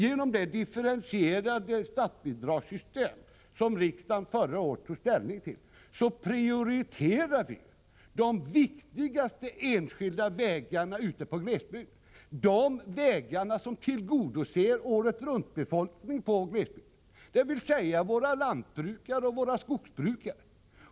Genom det differentierade statsbidragssystem som riksdagen förra året tog ställning till prioriterar vi de viktigaste enskilda vägarna ute i glesbygden, de som tillgodoser åretruntbefolkningens behov, dvs. kraven från våra lantbrukare och skogsbrukare.